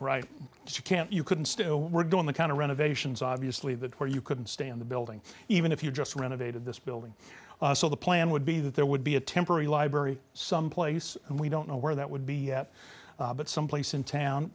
right you can't you couldn't still we're doing the kind of renovations obviously that where you couldn't stay in the building even if you just renovated this building so the plan would be that there would be a temporary library someplace and we don't know where that would be yet but someplace in town